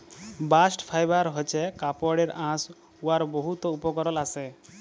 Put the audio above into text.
bast fibre হছে কাপড়ের আঁশ উয়ার বহুত উপকরল আসে